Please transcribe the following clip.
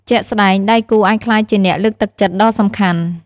ជាក់ស្ដែង ដៃគូអាចក្លាយជាអ្នកលើកទឹកចិត្តដ៏សំខាន់។